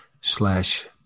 slash